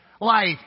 life